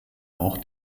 auch